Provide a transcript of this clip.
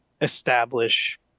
establish